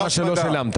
רק מה שלא שילמת.